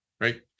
right